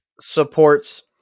Supports